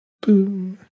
Boom